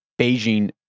Beijing